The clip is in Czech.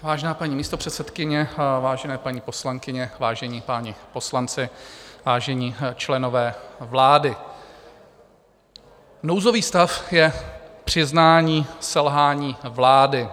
Vážená paní místopředsedkyně, vážené paní poslankyně, vážení páni poslanci, vážení členové vlády, nouzový stav je přiznání selhání vlády.